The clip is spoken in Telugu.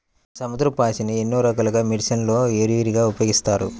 సముద్రపు పాచిని ఎన్నో రకాల మెడిసిన్ లలో విరివిగా ఉపయోగిస్తారు